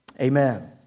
Amen